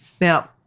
Now